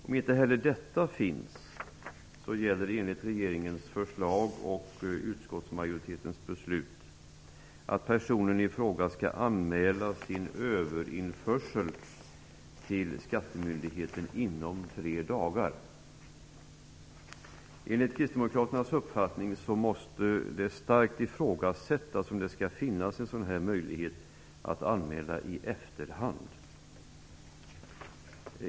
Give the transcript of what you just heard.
Om inte heller detta finns gäller enligt regeringens förslag och utskottsmajoritetens beslut att personen ifråga skall anmäla sin överinförsel till skattemyndigheten inom tre dagar. Enligt Kristdemokraternas uppfattning måste det starkt ifrågasättas om det skall finnas en sådan möjlighet att anmäla i efterhand.